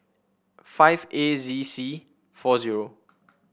five A Z C four zero